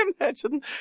Imagine